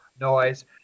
noise